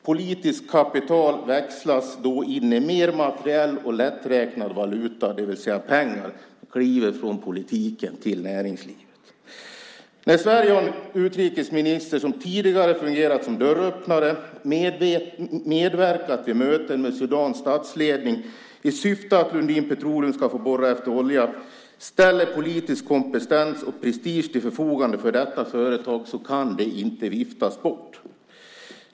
Politiskt kapital växlas då in i mer materiell och lätträknad valuta, det vill säga pengar, när man kliver från politiken till näringslivet. När Sverige har en utrikesminister som tidigare fungerat som dörröppnare, medverkat vid möten med Sudans statsledning i syfte att Lundin Petroleum ska få borra efter olja, och ställt politisk kompetens och prestige till förfogande för detta företag kan det inte viftas bort.